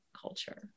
culture